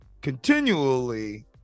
continually